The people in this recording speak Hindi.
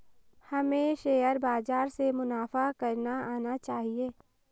हमें शेयर बाजार से मुनाफा करना आना चाहिए